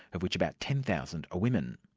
of which about ten thousand are women.